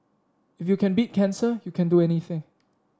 if you can beat cancer you can do anything